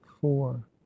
four